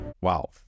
Wow